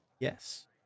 Yes